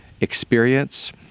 experience